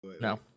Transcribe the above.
No